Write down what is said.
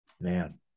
Man